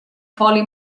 foli